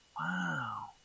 Wow